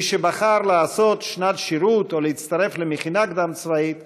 מי שבחר לעשות שנת שירות או להצטרף למכינה קדם-צבאית,